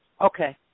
Okay